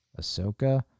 Ahsoka